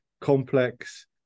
complex